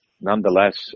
nonetheless